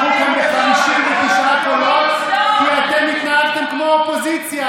הצעות אי-אמון עברו כאן ב-59 קולות כי אתם התנהגתם כמו אופוזיציה,